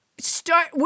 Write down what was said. Start